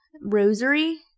rosary